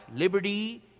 Liberty